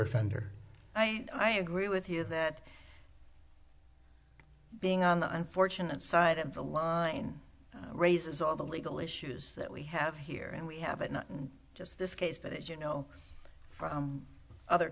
offender i i agree with you that being on the unfortunate side of the line raises all the legal issues that we have here and we have it not just this case but you know from other